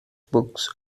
books